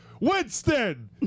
Winston